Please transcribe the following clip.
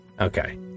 Okay